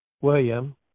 William